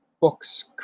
books